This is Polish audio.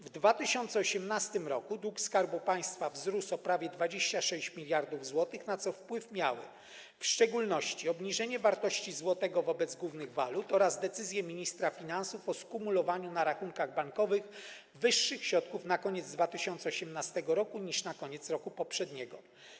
W 2018 r. dług Skarbu Państwa wzrósł o prawie 26 mld zł, na co wpływ miały w szczególności obniżenie wartości złotego wobec głównych walut oraz decyzje ministra finansów o skumulowaniu na rachunkach bankowych wyższych środków na koniec 2018 r. niż na koniec roku poprzedniego.